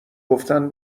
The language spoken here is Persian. گفتن